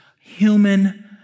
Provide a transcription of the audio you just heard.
human